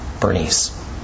Bernice